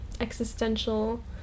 existential